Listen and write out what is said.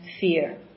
fear